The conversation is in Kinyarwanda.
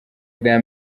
bwa